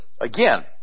again